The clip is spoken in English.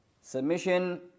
Submission